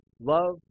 love